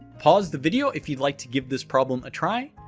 pause the video if you'd like to give this problem a try,